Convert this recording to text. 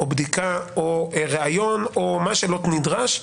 בדיקה או ריאיון או כל מה שנדרש.